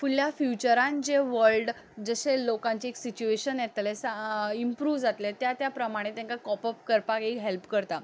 फुडल्या फ्युचरान जें वर्ल्ड जशे लोकांचे सिच्युएशन येतलें इम्प्रूव जातलें त्या त्या प्रमाणें तेंकां कॉपअप करपाक तांकां एक हेल्प करता